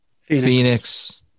Phoenix